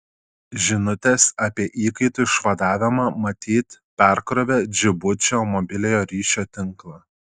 žinutės apie įkaitų išvadavimą matyt perkrovė džibučio mobiliojo ryšio tinklą